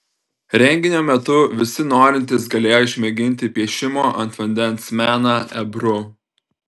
renginio metu visi norintys galėjo išmėginti piešimo ant vandens meną ebru